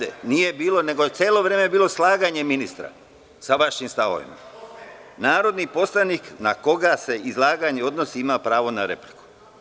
Celo vreme je bilo slaganje ministra sa vašim stavovima. „ …narodni poslanik na koga se izlaganje odnosi ima prvo na repliku“